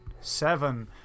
seven